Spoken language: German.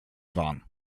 waren